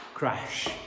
crash